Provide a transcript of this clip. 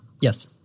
Yes